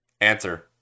Answer